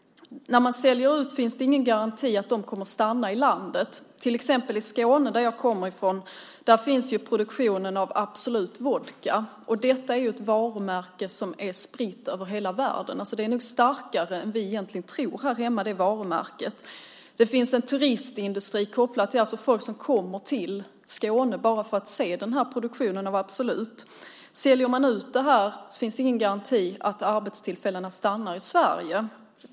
När man säljer ut företagen finns det ingen garanti för att de kommer att stanna i landet. I Skåne, som jag kommer från, finns produktionen av Absolut Vodka. Detta är ett varumärke som är spritt över hela världen. Detta varumärke är nog starkare än vi här hemma egentligen tror. Det finns en turistindustri kopplad till Absolut Vodka. Det kommer folk till Skåne bara för att se produktionen av Absolut Vodka. Om man säljer ut detta företag finns det ingen garanti för att arbetstillfällena stannar i Sverige.